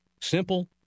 simple